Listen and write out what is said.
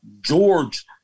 George